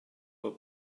but